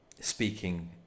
speaking